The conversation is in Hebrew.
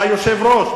אתה יושב-ראש.